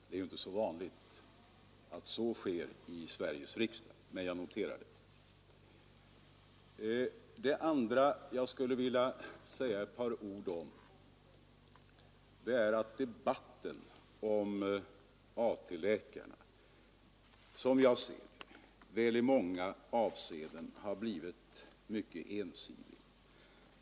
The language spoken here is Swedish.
Det är ju inte så vanligt i Sveriges riksdag att de förenar sig i en reservation. Jag noterar det. Debatten om AT-läkarna har, som jag ser det, i många avseenden blivit ensidig.